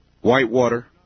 Whitewater